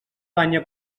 banya